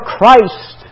Christ